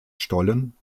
stollen